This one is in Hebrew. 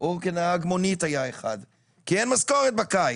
או היה אחד שעבד כנהג מונית כי לא הייתה משכורת בקיץ.